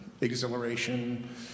exhilaration